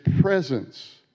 presence